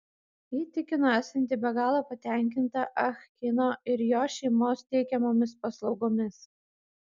ji tikino esanti be galo patenkinta ah kino ir jo šeimos teikiamomis paslaugomis